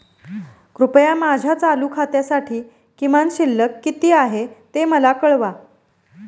कृपया माझ्या चालू खात्यासाठी किमान शिल्लक किती आहे ते मला कळवा